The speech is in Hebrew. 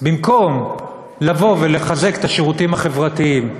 במקום לבוא ולחזק את השירותים החברתיים,